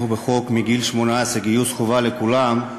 בחוק שאומר שמגיל 18 גיוס חובה לכולם,